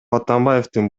атамбаевдин